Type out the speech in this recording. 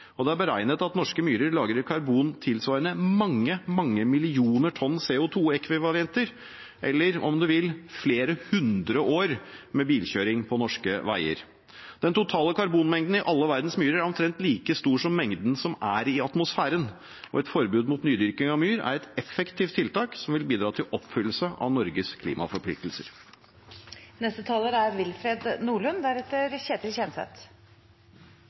Det er beregnet at norske myrer lagrer karbon tilsvarende mange, mange millioner tonn CO2-ekvivalenter, eller – om man vil – flere hundre år med bilkjøring på norske veier. Den totale karbonmengden i alle verdens myrer er omtrent like stor som mengden som er i atmosfæren. Et forbud mot nydyrking av myr er et effektiv tiltak som vil bidra til oppfyllelse av Norges klimaforpliktelser. Det er